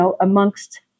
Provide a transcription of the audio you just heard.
amongst